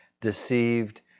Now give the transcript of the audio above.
deceived